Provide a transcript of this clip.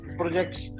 projects